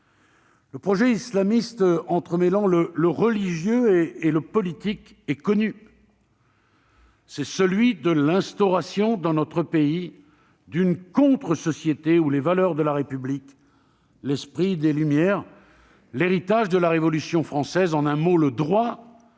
Le projet islamiste entremêlant le religieux et le politique est connu. C'est celui de l'instauration dans notre pays d'une contre-société où les valeurs de la République, l'esprit des Lumières, l'héritage de la Révolution française, en un mot le droit,